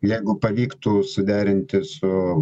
jeigu pavyktų suderinti su